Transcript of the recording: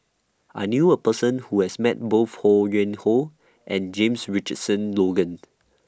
I knew A Person Who has Met Both Ho Yuen Hoe and James Richardson Logan